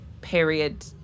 period